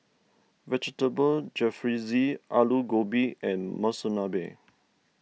Vegetable Jalfrezi Alu Gobi and Monsunabe